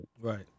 Right